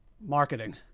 marketing